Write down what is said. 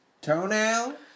Toenail